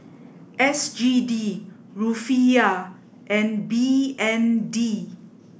S G D Rufiyaa and B N D